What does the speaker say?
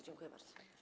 Dziękuję bardzo.